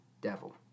Devil